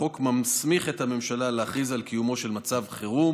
החוק מסמיך את הממשלה להכריז על קיומו של מצב חירום